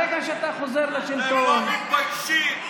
ברגע שאתה חוזר לשלטון, אתם לא מתביישים.